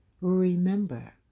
remember